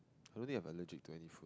I don't think I am allergic to any